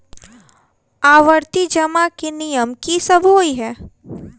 आवर्ती जमा केँ नियम की सब होइ है?